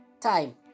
time